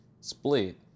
Split